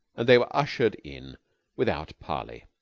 and they were ushered in without parley.